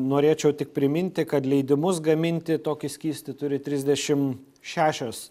norėčiau tik priminti kad leidimus gaminti tokį skystį turi trisdešimt šešios